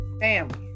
family